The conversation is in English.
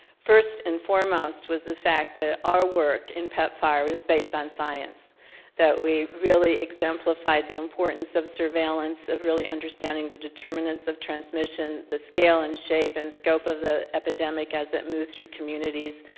first and foremost was the fact that our work in pepfar is based on science that we really exemplified the importance of surveillance of really understanding the determinants of transmission, the scale and shape and scope of the epidemic as it moved through communities,